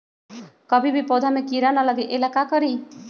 कभी भी पौधा में कीरा न लगे ये ला का करी?